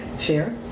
share